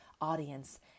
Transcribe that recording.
audience